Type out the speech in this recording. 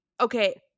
Okay